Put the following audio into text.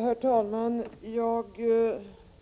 Herr talman! Jag